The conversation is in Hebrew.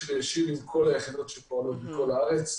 ישיר עם כל היחידות שפועלות בכל הארץ.